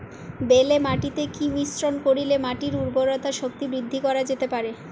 বেলে মাটিতে কি মিশ্রণ করিলে মাটির উর্বরতা শক্তি বৃদ্ধি করা যেতে পারে?